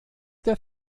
der